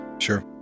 Sure